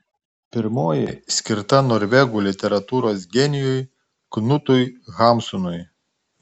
pirmoji skirta norvegų literatūros genijui knutui hamsunui